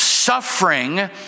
Suffering